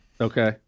Okay